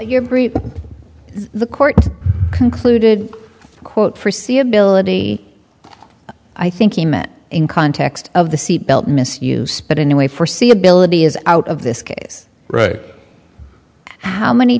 your brief the court concluded quote for c ability i think he meant in context of the seatbelt misuse but anyway for see ability is out of this case right how many